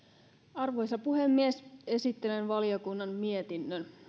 arvoisa puhemies esittelen valiokunnan mietinnön